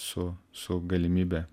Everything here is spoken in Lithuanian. su su galimybe